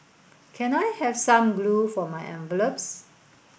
can I have some glue for my envelopes